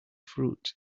fruit